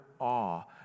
awe